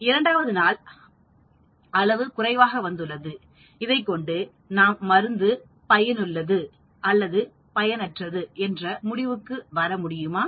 இரண்டாவது நாள் அளவு குறைவாக வந்துள்ளது இதைக்கொண்டு நாம் மருந்து பயனுள்ளது அல்லது பயனற்றது என்ற முடிவுக்கு வர முடியுமா